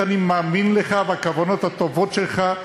אני מקווה שאתה תקשיב לדברים.